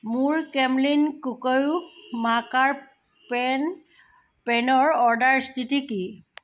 মোৰ Camlin Kokuyo marker pen পেনৰ order স্থিতি কি